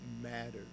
matters